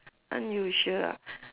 unusual ah